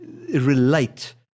relate